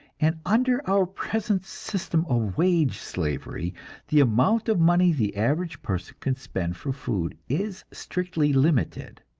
and under our present system of wage slavery, the amount of money the average person can spend for food is strictly limited.